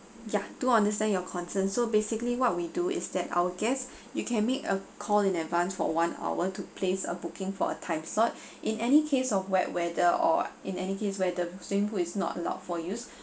ya do understand your concern so basically what we do is that our guests you can make a call in advance for one hour to place a booking for a time slot in any case of wet weather or in any case where the swimming pool is not allowed for use